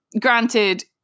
granted